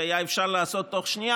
מה שהיה אפשר לעשות תוך שנייה.